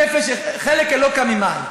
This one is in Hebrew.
חלק אלוק ממעל.